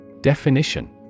Definition